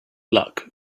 luck